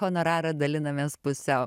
honorarą dalinamės pusiau